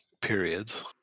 periods